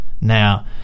Now